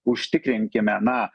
užtikrinkime na